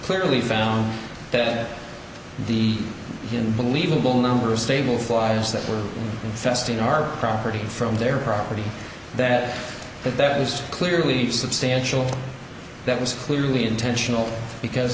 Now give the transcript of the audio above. clearly found that the in believable number stable flies that were infesting our property from their property that that that was clearly substantial that was clearly intentional because